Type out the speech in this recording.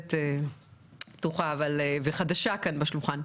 לדלת פתוחה וחדשה כאן בשולחן,